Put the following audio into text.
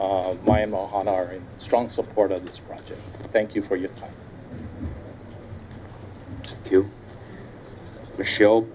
our strong support of this project thank you for your time to show